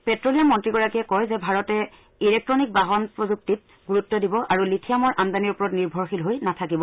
petroleum মন্ত্ৰীগৰাকীয়ে কয় যে ভাৰতে ইলেক্ট্নিক বাহন প্ৰযুক্তিত প্ৰাধান্য দিব আৰু লিথিয়মৰ আমদানিৰ ওপৰত নিৰ্ভৰ নকৰিব